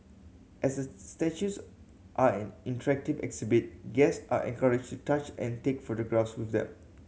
as the statues are an interactive exhibit guest are encouraged to touch and take photographs with them